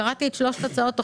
קראתי את שלוש הצעות החוק,